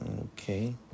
Okay